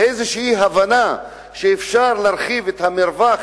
לאיזו הבנה שאפשר להרחיב את המרווח